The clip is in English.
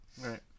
Right